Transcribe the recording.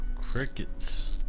Crickets